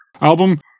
album